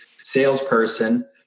salesperson